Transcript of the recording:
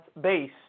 base